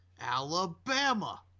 Alabama